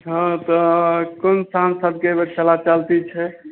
हँ तऽ कोन सांसदके अइ बेर चला चलती छै